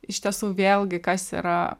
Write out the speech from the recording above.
iš tiesų vėlgi kas yra